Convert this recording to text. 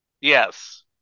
Yes